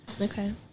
Okay